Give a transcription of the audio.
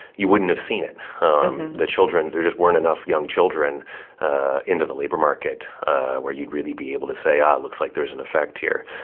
you wouldn't have seen it. um the children there just weren't enough young children into the labor market where you'd really be able to say, ah, it looks like there is an effect here.